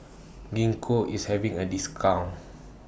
Gingko IS having A discount